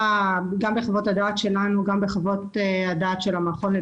בחווֹת הדעת שלנו ובחווֹת הדעת של המכון הישראלי